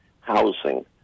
housing